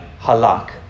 Halak